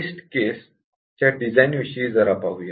taste case design विषयी जरा पाहूया